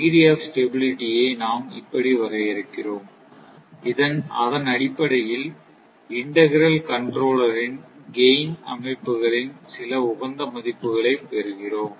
degree of ஸ்டெபிலிட்டியை நாம் இப்படி வரையறுக்கிறோம் அதன் அடிப்படையில் இண்டக்ரல் கண்ட்ரோலரின் கைன் அமைப்புகளின் சில உகந்த மதிப்புகளைப் பெறுகிறோம்